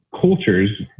cultures